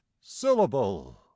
syllable